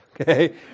Okay